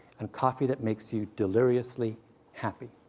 and coffee that makes you deliriously happy.